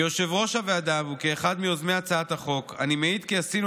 כיושב-ראש הוועדה וכאחד מיוזמי הצעת החוק אני מעיד כי עשינו